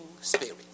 spirit